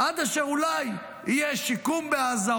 עד אשר אולי יהיה שיקום בעזה,